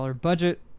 budget